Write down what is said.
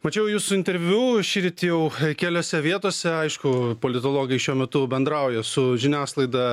mačiau jūsų interviu šįryt jau keliose vietose aišku politologai šiuo metu bendrauja su žiniasklaida